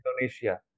Indonesia